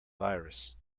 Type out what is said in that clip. virus